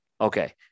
Okay